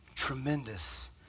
Tremendous